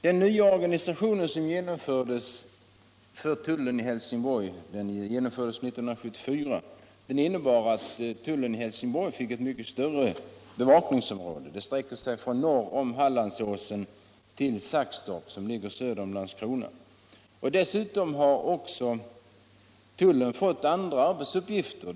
Den nya organisation som genomfördes 1974 för tullen i Helsingborg innebar att tullen fick ett mycket större bevakningsområde. Det sträcker sig från norra delen av Hallandsåsen till Saxtorp, som ligger söder om Landskrona. Dessutom har tullen fått andra arbetsuppgifter.